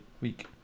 week